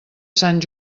sant